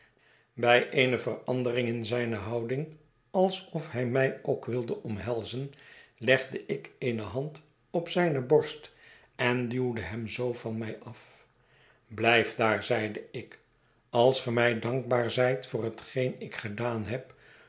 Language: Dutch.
bij eene verandering in zijne houding alsof hij mij ook wilde omhelzen legde ik eene handop zijne borst en duwde hem zoo van mij af blijf daar i zeide ik als ge mij dankbaar zijt voor hetgeen ik gedaan heb